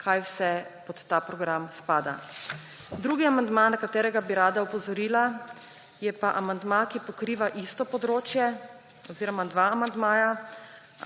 kaj vse pod ta program spada. Drugi amandma, na katerega bi rada opozorila, je pa amandma, ki pokriva isto področje oziroma dva amandmaja,